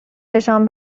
چشام